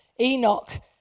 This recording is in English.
Enoch